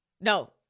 No